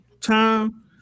time